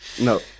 No